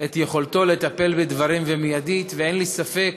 את יכולתו לטפל בדברים מיידית, ואין לי ספק